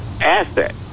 asset